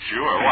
Sure